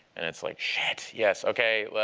and it's like, shit, yes. ok,